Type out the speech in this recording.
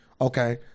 okay